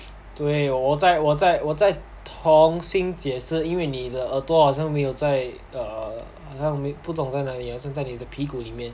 对我再我再我再从新解释因为你的耳朵好像没有在 err 好像不懂在那里还是在你的屁股里面